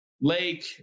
lake